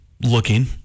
looking